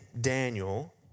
Daniel